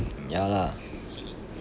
ya lah